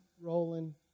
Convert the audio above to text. rolling